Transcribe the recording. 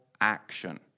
action